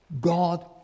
God